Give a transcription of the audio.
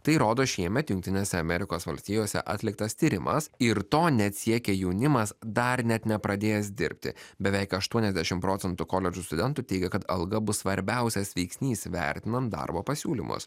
tai rodo šiemet jungtinėse amerikos valstijose atliktas tyrimas ir to net siekia jaunimas dar net nepradėjęs dirbti beveik aštuoniasdešim procentų koledžo studentų teigia kad alga bus svarbiausias veiksnys vertinant darbo pasiūlymus